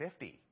50